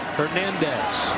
Hernandez